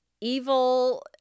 evil